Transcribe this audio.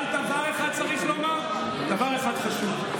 אבל דבר אחד צריך לומר, דבר אחד חשוב.